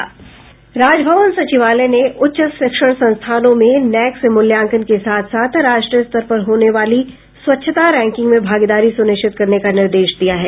राजभवन सचिवालय ने उच्च शिक्षण संस्थानों में नैक से मूल्यांकन के साथ साथ राष्ट्रीय स्तर पर होने वाली स्वच्छता रैंकिंग में भागीदारी सुनिश्चित करने का निर्देश दिया है